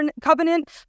covenant